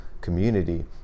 community